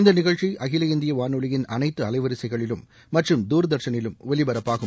இந்த நிகழ்ச்சி அகில இந்திய வானொலியின் அனைத்து அலைவரிசைகளிலும் மற்றும் தூர்தர்ஷனிலும் ஒலிபரப்பாகும்